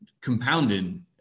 compounding